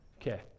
Okay